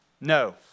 No